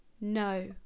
no